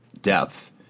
depth